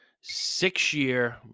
six-year